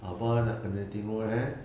abah nak kena tengok eh